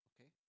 Okay